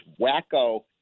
wacko